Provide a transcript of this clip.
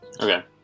Okay